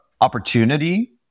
opportunity